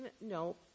No